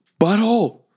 butthole